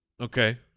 okay